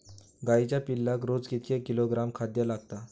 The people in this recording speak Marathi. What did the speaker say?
गाईच्या पिल्लाक रोज कितके किलोग्रॅम खाद्य लागता?